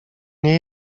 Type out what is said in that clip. nie